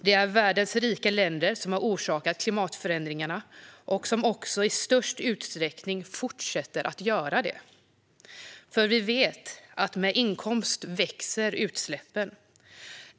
Det är världens rika länder som har orsakat klimatförändringarna och som också i störst utsträckning fortsätter att göra det, för vi vet att med inkomst växer utsläppen.